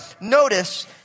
notice